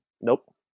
nope